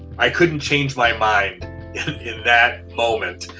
i couldn't change my mind in that moment,